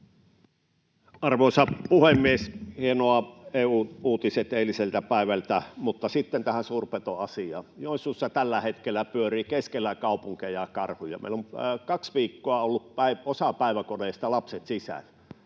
Arvoisa puhemies! Hienot EU:n uutiset eiliseltä päivältä. Mutta sitten tähän suurpetoasiaan. Joensuussa tällä hetkellä pyörii keskellä kaupunkia karhuja. Meillä osassa päiväkodeista ovat kaksi